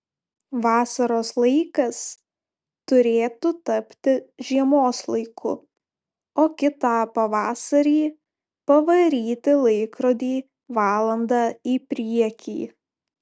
vasaros laikas turėtų tapti žiemos laiku o kitą pavasarį pavaryti laikrodį valanda į priekį